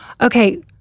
Okay